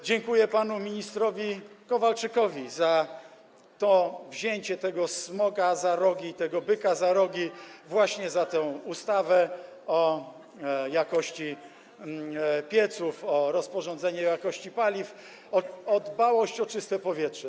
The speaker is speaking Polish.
Dziękuję panu ministrowi Kowalczykowi za wzięcie tego smoga za rogi, tego byka za rogi, czyli właśnie za tę ustawę o jakości pieców, rozporządzenie o jakości paliw, za dbałość o czyste powietrze.